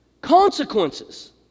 consequences